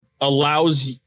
allows